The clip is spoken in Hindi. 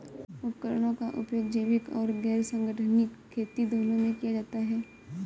उपकरणों का उपयोग जैविक और गैर संगठनिक खेती दोनों में किया जाता है